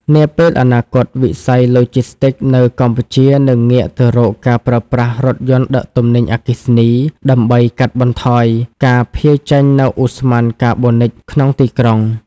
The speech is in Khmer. នាពេលអនាគត វិស័យឡូជីស្ទីកនៅកម្ពុជានឹងងាកទៅរកការប្រើប្រាស់រថយន្តដឹកទំនិញអគ្គិសនី ដើម្បីកាត់បន្ថយការភាយចេញនូវឧស្ម័នកាបូនិកក្នុងទីក្រុង។